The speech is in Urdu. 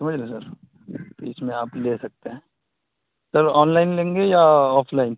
سمجھ رہے ہیں سر اس میں آپ لے سکتے ہیں سر آن لائن لیں گے یا آف لائن